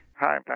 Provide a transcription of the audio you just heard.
Hi